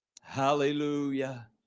hallelujah